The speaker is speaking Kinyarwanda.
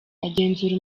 agenzura